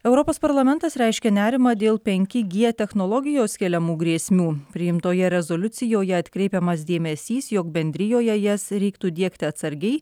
europos parlamentas reiškia nerimą dėl penki g technologijos keliamų grėsmių priimtoje rezoliucijoje atkreipiamas dėmesys jog bendrijoje jas reiktų diegti atsargiai